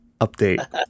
update